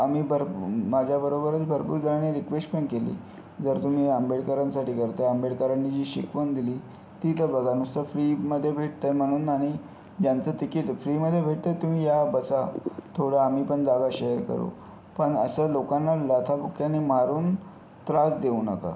आम्ही भर माझ्याबरोबरच भरपूर जणांनी रिक्वेस्ट पण केली जर तुम्ही आंबेडकरांसाठी करत आहे आंबेडकरांनी जी शिकवण दिली ती तर बघा नुसतं फ्रीमध्ये भेटतं आहे म्हणून आणि ज्यांचं तिकीट फ्री मध्ये भेटतं आहे तुम्ही या बसा थोडं आम्ही पण जागा शेअर करू पण असं लोकांना लाथा बुक्क्यांनी मारून त्रास देऊ नका